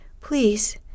please